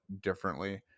differently